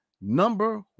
number